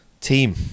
team